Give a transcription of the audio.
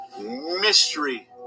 mystery